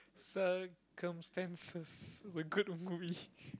circumstances the good movie